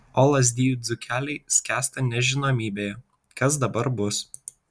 o lazdijų dzūkeliai skęsta nežinomybėje kas dabar bus